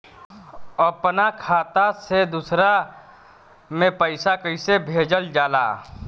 अपना खाता से दूसरा में पैसा कईसे भेजल जाला?